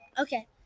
Okay